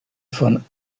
von